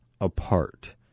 apart